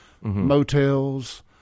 motels